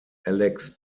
alex